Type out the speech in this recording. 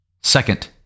Second